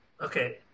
Okay